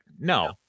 no